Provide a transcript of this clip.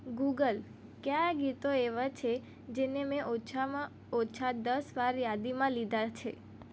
Google કયા ગીતો એવાં છે જેને મેં ઓછામાં ઓછાં દસ વાર યાદીમાં લીધાં છે